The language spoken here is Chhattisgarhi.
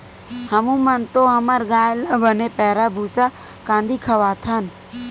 हमू मन तो हमर गाय ल बने पैरा, भूसा, कांदी खवाथन